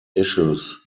issues